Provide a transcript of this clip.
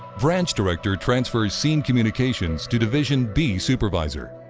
branch director transfers scene communications to division b supervisor.